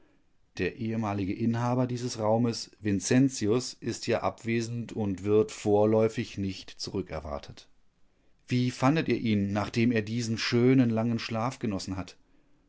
der ehemalige inhaber dieses raumes vincentius ist ja abwesend und wird vorläufig nicht zurückerwartet wie fandet ihr ihn nachdem er diesen schönen langen schlaf genossen hat